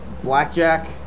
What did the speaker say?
blackjack